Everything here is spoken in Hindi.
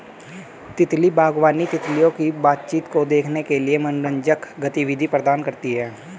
तितली बागवानी, तितलियों की बातचीत को देखने के लिए एक मनोरंजक गतिविधि प्रदान करती है